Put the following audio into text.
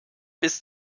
bis